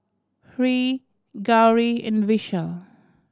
Hri Gauri and Vishal